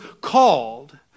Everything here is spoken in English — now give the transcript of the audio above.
called